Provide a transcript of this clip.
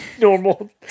normal